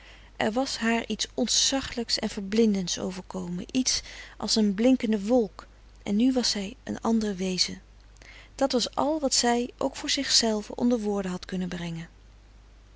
er was haar iets ontzachlijks en verblindends overkomen iets als een blinkende wolk en nu was zij een ander wezen dat was al wat zij ook voor zichzelve onder woorden had kunnen brengen